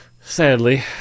Sadly